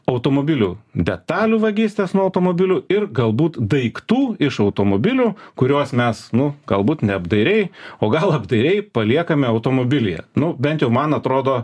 automobilių detalių vagystės nuo automobilių ir galbūt daiktų iš automobilių kuriuos mes nu galbūt neapdairiai o gal apdairiai paliekame automobilyje nu bent jau man atrodo